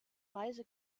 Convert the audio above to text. weise